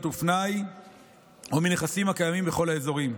קניות ופנאי או מנכסים הקיימים בכל האזורים.